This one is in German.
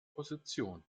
position